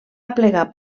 aplegar